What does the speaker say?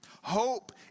Hope